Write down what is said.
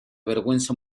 vergüenza